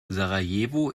sarajevo